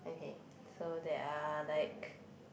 okay so there are like